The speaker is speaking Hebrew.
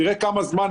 תראה כמה זמן,